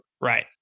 right